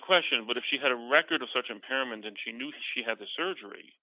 the question but if she had a record of such impairment and she knew she had the surgery